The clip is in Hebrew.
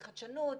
חדשנות,